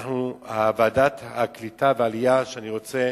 ועדת העלייה והקליטה, אני רוצה